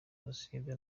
genocide